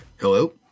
hello